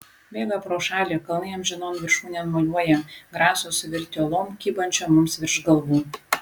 bėga pro šalį kalnai amžinom viršūnėm mojuoja graso suvirtę uolom kybančiom mums virš galvų